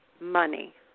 money